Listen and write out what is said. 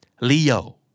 Leo